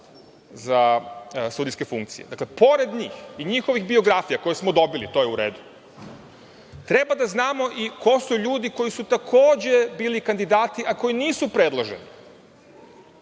za sudijske funkcije, dakle, pored njih i njihovih biografija koje smo dobili, to je u redu, treba da znamo i ko su ljudi koji su takođe bili kandidati, a koji nisu predloženi.